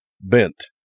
bent